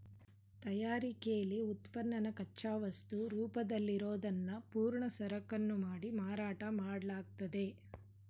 ತಯಾರಿಕೆಲಿ ಉತ್ಪನ್ನನ ಕಚ್ಚಾವಸ್ತು ರೂಪದಲ್ಲಿರೋದ್ನ ಪೂರ್ಣ ಸರಕನ್ನು ಮಾಡಿ ಮಾರಾಟ ಮಾಡ್ಲಾಗ್ತದೆ